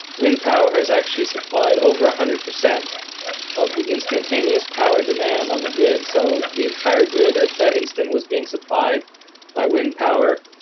wind power has actually supplied over one ah hundred percent of the instantaneous power demand on the grid. so the entire grid at that instant was being supplied by wind power.